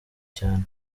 cyane